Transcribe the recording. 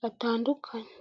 batandukanye.